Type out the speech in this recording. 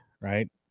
right